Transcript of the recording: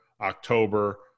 October